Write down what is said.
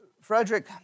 Frederick